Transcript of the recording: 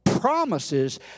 Promises